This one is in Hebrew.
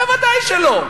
ודאי שלא,